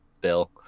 Bill